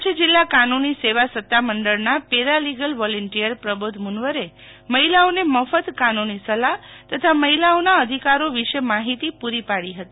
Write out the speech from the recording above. કરછ જીલ્લા કાનુની સેવા સતા મંડળનાં પેરાલીગલ વોલીન્ટીયર પ્રબોધ મુન્વારે મહિલાઓને મફત કાનુંની સેલાફ તથા મહિલાઓને અધિકારો વિષે માહિતી પૂરી પાડી હતી